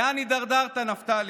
לאן הידרדרת, נפתלי?